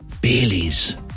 Bailey's